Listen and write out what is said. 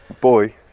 boy